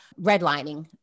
redlining